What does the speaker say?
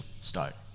start